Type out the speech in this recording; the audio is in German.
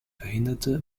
verhinderte